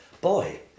boy